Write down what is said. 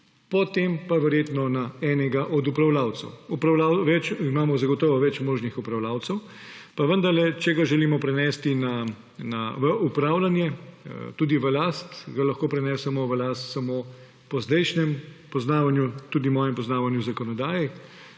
potem pa verjetno na enega od upravljavcev. Imamo več možnih upravljavcev, pa vendarle, če ga želimo prenesti v upravljanje, tudi v last, ga lahko po zdajšnjem tudi mojem poznavanju zakonodaje